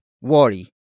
worry